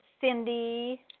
Cindy